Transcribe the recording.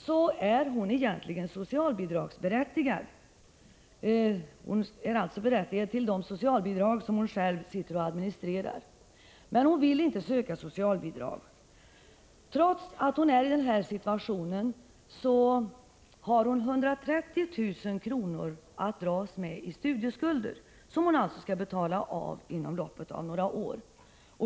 Hon är egentligen socialbidragsberättigad — således berättigad till de socialbidrag som hon själv sitter och administrerar. Men hon vill inte söka socialbidrag. Hon är alltså i denna situation och har ändå 130 000 kr. att dras med i studieskulder som hon skall betala av inom loppet av några år.